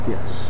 Yes